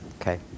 okay